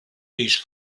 these